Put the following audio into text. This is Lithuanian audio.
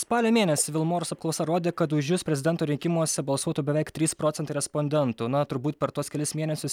spalio mėnesį vilmorus apklausa rodė kad už jus prezidento rinkimuose balsuotų beveik trys procentai respondentų na turbūt per tuos kelis mėnesius